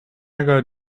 got